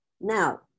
Now